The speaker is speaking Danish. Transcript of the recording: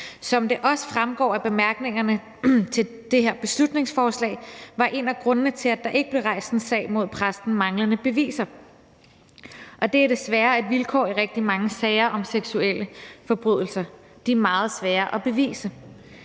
Som det også fremgår af bemærkningerne til det her beslutningsforslag, var en af grundene til, at der ikke blev rejst en sag mod præsten, manglende beviser. Og det er desværre et vilkår i rigtig mange sager om seksuelle forbrydelser; de er meget svære at bevise.